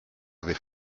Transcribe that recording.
avez